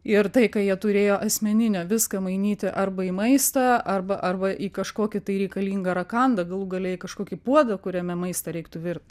ir tai ką jie turėjo asmeninio viską mainyti arba į maistą arba arba į kažkokį tai reikalingą rakandą galų gale į kažkokį puodą kuriame maistą reiktų virt